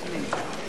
נתקבלה.